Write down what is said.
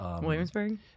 Williamsburg